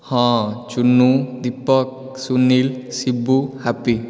ହଁ ଚୁନୁ ଦୀପକ ସୁନୀଲ ଶିବୁ ହାପି